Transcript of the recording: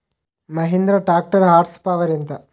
Mahindra tractor horse power ఎంత?